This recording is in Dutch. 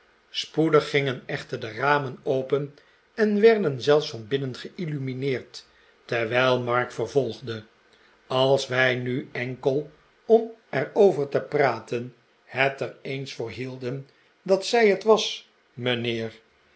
spoedig gingen echter de ramen open en werden zelfs van binnen geillumineerd terwijl mark vervolgde als wij nu enkel om er over te praten het er eens voor hielden dat zij het was mijnheer